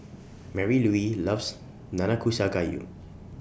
Marylouise loves Nanakusa Gayu